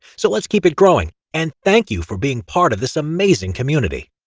so let's keep it growing, and thank you for being part of this amazing community